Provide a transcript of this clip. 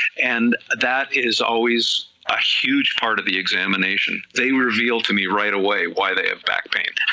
and that is always a huge part of the examination, they revealed to me right away why they have back pain,